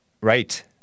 Right